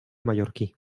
mallorquí